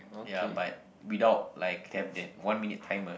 ya but without like them that one minute timer